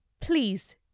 Please